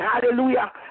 hallelujah